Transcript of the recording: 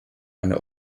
eine